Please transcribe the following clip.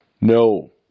No